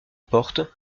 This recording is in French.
portes